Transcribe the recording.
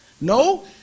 No